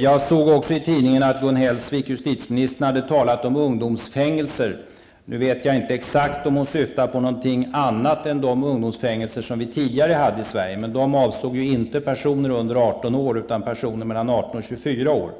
Jag såg också i tidningen att justititeminister Gun Hellsvik hade talat om ungdomsfängelser. Nu vet jag inte exakt om hon syftade på någonting annat än de ungdomsfängelser som vi tidigare hade i Sverige. De avsåg ju inte personer under 18 år utan personer mellan 18 och 24 år.